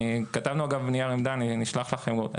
כתבנו נייר עמדה, אני אשלח לכם אותה.